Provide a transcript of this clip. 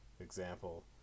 example